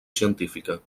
científica